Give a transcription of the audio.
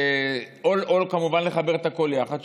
או כמובן לחבר את הכול יחד,